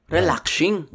Relaxing